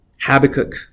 Habakkuk